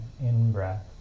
in-breath